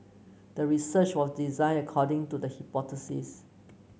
the research was designed according to the hypothesis